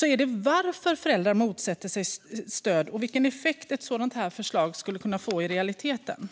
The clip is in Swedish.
handlar det om varför föräldrar motsätter sig stöd och vilken effekt ett sådant här förslag skulle kunna få i realiteten.